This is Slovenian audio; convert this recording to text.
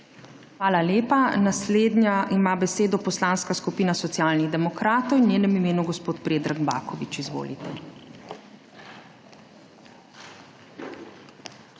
Hvala lepa. Naslednja ima besedo Poslanska skupina Socialnih demokratov in v njenem imenu gospod Predrag Baković. Izvolite.